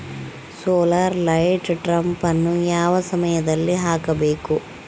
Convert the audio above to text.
Solar light ಟ್ರಾಪನ್ನು ಯಾವ ಸಮಯದಲ್ಲಿ ಹಾಕಬೇಕು?